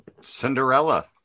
Cinderella